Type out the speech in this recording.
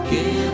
Give